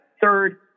Third